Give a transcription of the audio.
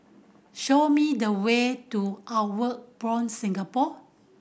show me the way to Outward Bound Singapore